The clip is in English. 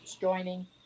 joining